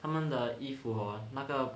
他们的衣服 hor 那个